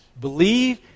Believe